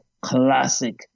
classic